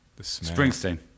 Springsteen